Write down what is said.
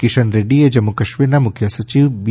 કિશન રેડ્ડીએ જમ્મુ કાશ્મીરના મુખ્ય સચિવ બી